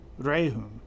Rehum